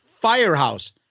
Firehouse